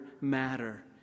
matter